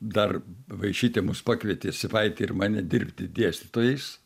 dar vaišytė mus pakvietė sipaitį ir mane dirbti dėstytojais